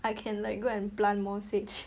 I can like go and plant more sage